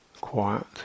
quiet